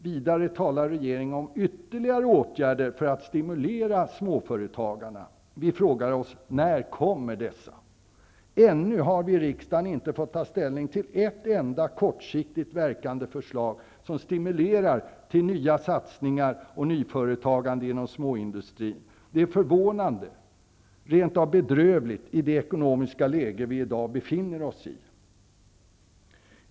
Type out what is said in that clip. Vidare talade regeringen om ytterligare åtgärder för att stimulera småföretagarna. Vi frågar oss när de kommer. Ännu har vi i riksdagen inte fått ta ställning till ett enda kortsiktigt verkande förslag som stimulerar till nya satsningar och nyföretagande inom småindustrin. Det är förvånande, rent av bedrövligt, i det ekonomiska läge som vi i dag befinner oss i.